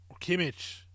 Kimmich